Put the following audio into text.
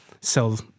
sell